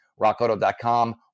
rockauto.com